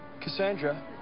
Cassandra